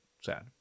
sad